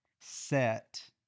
set